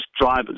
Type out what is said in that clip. drivers